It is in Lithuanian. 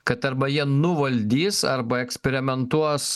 kad arba jie nuvaldys arba eksperimentuos